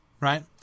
right